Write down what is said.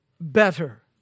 better